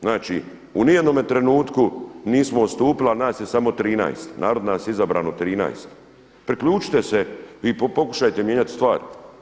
Znači u nijednome trenutku nismo odstupili, a nas je samo 13, narod nas je izabralo 13. priključite se i pokušajte mijenjati stvari.